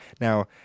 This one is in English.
now